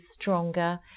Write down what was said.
stronger